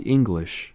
English